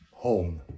home